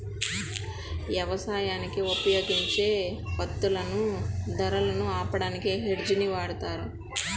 యవసాయానికి ఉపయోగించే వత్తువుల ధరలను ఆపడానికి హెడ్జ్ ని వాడతారు